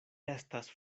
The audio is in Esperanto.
estas